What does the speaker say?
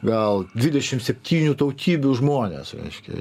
gal dvidešim septynių tautybių žmonės reiškia